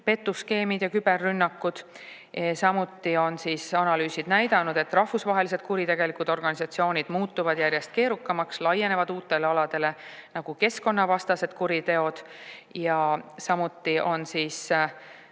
petuskeemid ja küberrünnakud. Samuti on analüüsid näidanud, et rahvusvahelised kuritegelikud organisatsioonid muutuvad järjest keerukamaks, laienevad uutele aladele, nagu keskkonnavastased kuriteod, ja samuti on